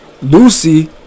lucy